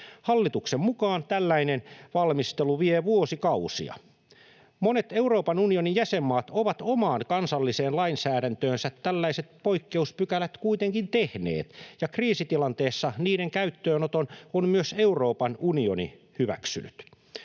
Hallituksen mukaan tällainen valmistelu vie vuosikausia. Monet Euroopan unionin jäsenmaat ovat omaan kansalliseen lainsäädäntöönsä tällaiset poikkeuspykälät kuitenkin tehneet, ja kriisitilanteessa niiden käyttöönoton on myös Euroopan unioni hyväksynyt.